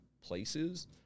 places